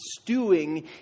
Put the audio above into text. stewing